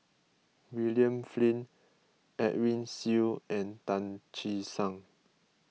William Flint Edwin Siew and Tan Che Sang